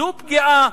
זאת פגיעה.